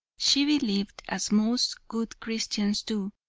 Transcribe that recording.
she believed, as most good christians do,